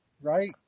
right